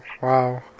Wow